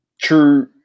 true